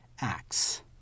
acts